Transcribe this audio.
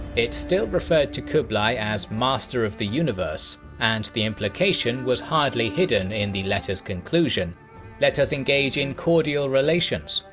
it still referred to kublai as master of the universe and the implication was hardly hidden in the letter's conclusion let us engage in cordial relations.